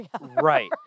right